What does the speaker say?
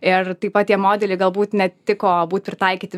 ir taip pat tie modeliai galbūt netiko būt pritaikyti